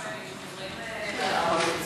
הסטודנטים לרפואה,